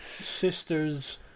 sister's